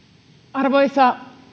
arvoisa